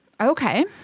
Okay